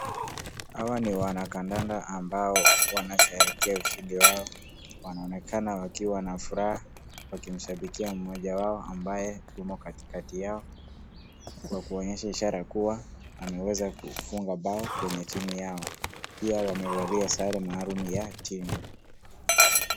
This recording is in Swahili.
Hawa ni wanakandanda ambao wanasherehekea ushindi wao. Wanaonekana wakiwa na furaha wakimshabikia mmoja wao, ambaye yumo katikati yao, kwa kuonyesha ishara kuwa, ameweza kufunga bao kwenye timu yao. Pia wamevalia sare maalum ya timu.